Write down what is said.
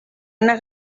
una